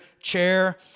chair